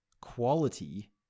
quality